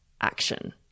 action